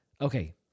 okay